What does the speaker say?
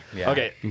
Okay